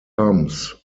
thumbs